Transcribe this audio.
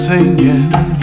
Singing